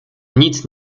nic